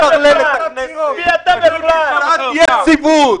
--- קצת יציבות,